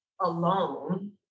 alone